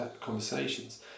conversations